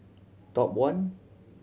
Top One